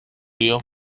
you